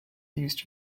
use